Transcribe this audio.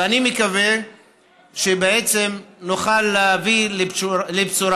ואני מקווה שנוכל להביא בשורה.